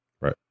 right